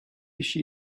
she